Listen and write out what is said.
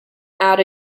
out